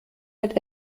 halt